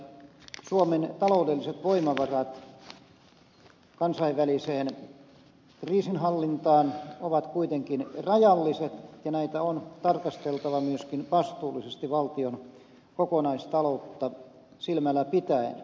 suomen taloudelliset voimavarat kansainväliseen kriisinhallintaan ovat kuitenkin rajalliset ja näitä on tarkasteltava myöskin vastuullisesti valtion kokonaistaloutta silmällä pitäen